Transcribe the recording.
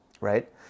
right